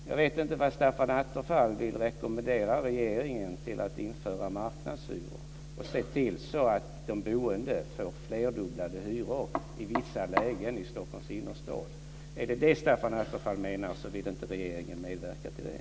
Jag vet inte vad Stefan Attefall vill rekommendera regeringen för att införa marknadshyror och se till att de boende får flerdubblade hyror i vissa lägen i Stockholms innerstad. Är det det Stefan Attefall menar så vill regeringen inte medverka till det.